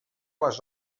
les